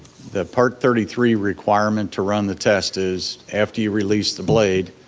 the part thirty three requirement to run the test is after you release the blade,